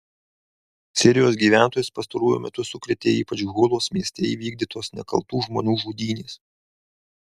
sirijos gyventojus pastaruoju metu sukrėtė ypač hulos mieste įvykdytos nekaltų žmonių žudynės